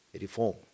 reform